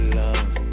love